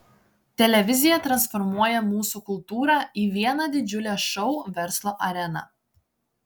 televizija transformuoja mūsų kultūrą į vieną didžiulę šou verslo areną